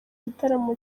gitaramo